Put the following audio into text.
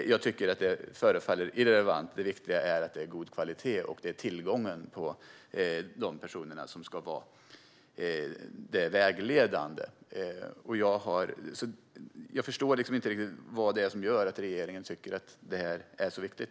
Jag tycker att det förefaller irrelevant. Det viktiga är att det är god kvalitet och att tillgången till dessa personer är vägledande. Jag förstår inte riktigt varför regeringen tycker att detta är så viktigt.